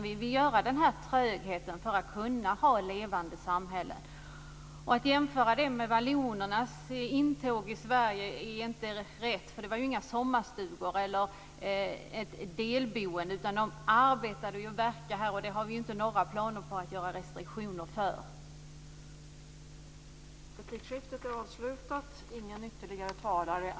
Vi vill ha den här trögheten för att kunna ha levande samhällen. Att jämföra detta med vallonernas intåg i Sverige är inte rätt. Det var inga sommarstugor eller delboende det handlade om, utan vallonerna arbetade och verkade här.